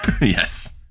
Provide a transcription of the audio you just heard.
Yes